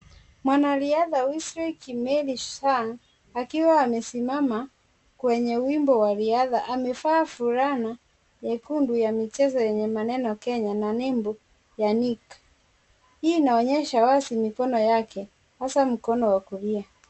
Mwanariadha Wesly Kimeli Sung, akiwa amesimama kwenye wimbo wa riadha amevaa fulana nyekundu ya michezo yenye maneno Kenya na nembo ya Nike. Hii inaonyesha wazi mikono yake, hasa mkono wa kulia.